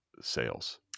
sales